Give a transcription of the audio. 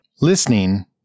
Listening